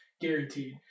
Guaranteed